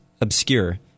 obscure